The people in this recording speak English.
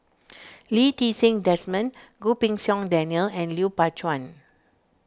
Lee Ti Seng Desmond Goh Pei Siong Daniel and Lui Pao Chuen